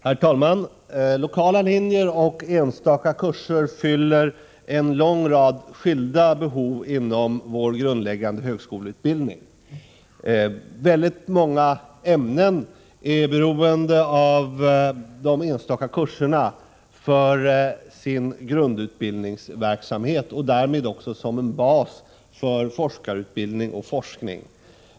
Herr talman! Lokala linjer och enstaka kurser fyller en lång rad skilda behov inom vår grundläggande högskoleutbildning. Många ämnen är beroende av de enstaka kurserna för grundutbildningsverksamheten och därmed också som en bas för forskarutbildning och forskning.